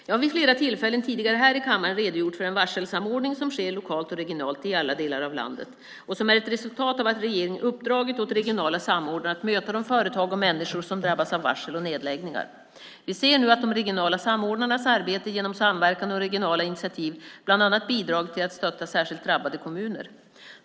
Jag har vid flera tillfällen tidigare här i kammaren redogjort för den varselsamordning som sker lokalt och regionalt i alla delar av landet och som är ett resultat av att regeringen uppdragit åt regionala samordnare att möta de företag och människor som drabbas av varsel och nedläggningar. Vi ser nu att de regionala samordnarnas arbete, genom samverkan och regionala initiativ, bland annat har bidragit till att stötta särskilt drabbade kommuner.